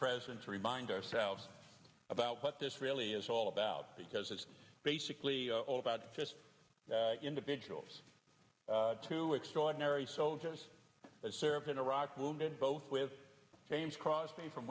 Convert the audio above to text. presence remind ourselves about what this really is all about because it's basically all about just individuals to extraordinary soldiers that served in iraq wounded both with james crosby from